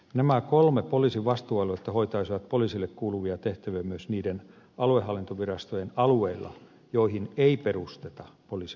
nämä kolme poliisin vastuualuetta hoitaisivat poliisille kuuluvia tehtäviä myös niiden aluehallintovirastojen alueilla joihin ei perusteta poliisin vastuualuetta